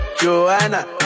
Joanna